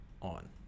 on